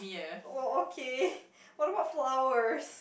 oh okay what about flowers